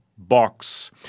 box